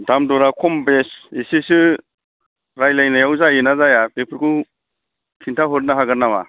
दाम दरा खम बेस एसेसो रायलाइनायाव जायोना जाया बेफोरखौ खिन्था हरनो हागोन नामा